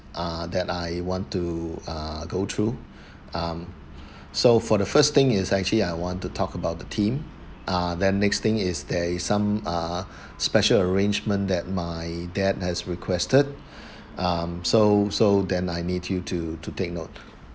ah that I want to ah go through um so for the first thing is actually I want to talk about the theme ah then next thing is there is some uh special arrangement that my dad has requested um so so then I need you to to take note